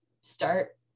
start